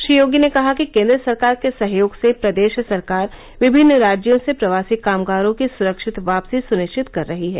श्री योगी ने कहा कि केंद्र सरकार के सहयोग से प्रदेश सरकार विभिन्न राज्यों से प्रवासी कामगारों की सुरक्षित वापसी सुनिश्चित कर रही है